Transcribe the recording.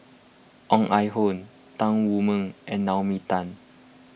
Ong Ah Hoi Tan Wu Meng and Naomi Tan